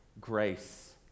grace